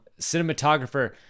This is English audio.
cinematographer